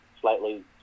slightly